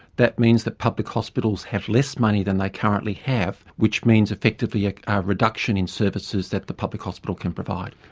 that means the public hospitals have less money than they currently have, which means effectively a reduction in services that the public hospital can provide.